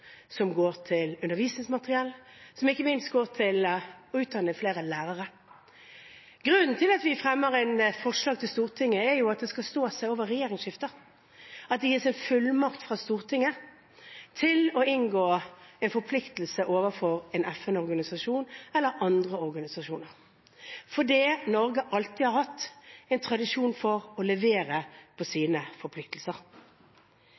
som går til undervisningsmateriell, og som ikke minst går til å utdanne flere lærere. Grunnen til at vi fremmet et forslag for Stortinget, er at det skal stå seg over regjeringsskifter, at det gis en fullmakt fra Stortinget til å inngå en forpliktelse overfor en FN-organisasjon eller andre organisasjoner, for Norge har alltid hatt en tradisjon for å levere på